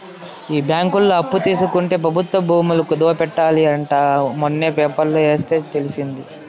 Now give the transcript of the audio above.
ఈ బ్యాంకులో అప్పు తీసుకుంటే ప్రభుత్వ భూములు కుదవ పెట్టాలి అంట మొన్న పేపర్లో ఎస్తే తెలిసింది